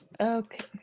Okay